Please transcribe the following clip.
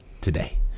today